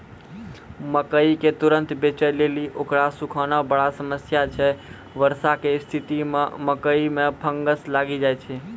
मकई के तुरन्त बेचे लेली उकरा सुखाना बड़ा समस्या छैय वर्षा के स्तिथि मे मकई मे फंगस लागि जाय छैय?